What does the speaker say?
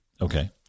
Okay